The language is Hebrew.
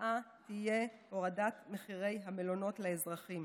התוצאה תהיה הורדת מחירי המלונות לאזרחים,